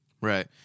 Right